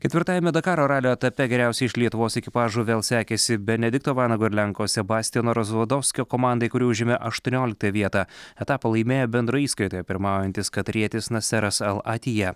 ketvirtajame dakaro ralio etape geriausiai iš lietuvos ekipažų vėl sekėsi benedikto vanago ir lenko sebastijano razvodovskio komandai kuri užėmė aštuonioliktąją vietą etapą laimėjo bendroje įskaitoje pirmaujantis katarietis naseras al atija